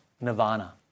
nirvana